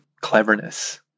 cleverness